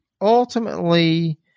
ultimately